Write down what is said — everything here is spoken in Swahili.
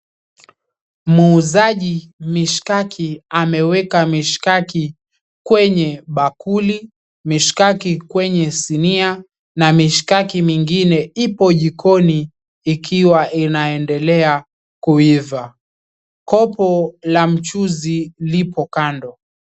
Muuzaji mishkaki, ameweka mishkaki kwenye bakuli, mishkaki kwenye sinia na mishkaki mingine ipo jikoni ikiwa inaendelea kuiva. Kopo la mchuzi lipo kando.